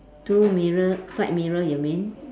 two mirror side mirror you mean